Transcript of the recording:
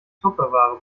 tupperware